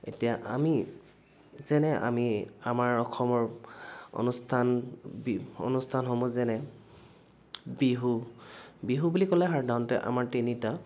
এতিয়া আমি যেনে আমি আমাৰ অসমৰ অনুষ্ঠান অনুষ্ঠানসমূহ যেনে বিহু বিহু বুলি ক'লে সাধাৰণতে আমাৰ তিনিটা